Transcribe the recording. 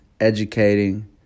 Educating